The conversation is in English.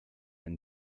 and